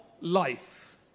life